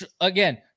Again